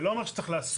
זה לא אומר שצריך לאסוף,